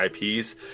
IPs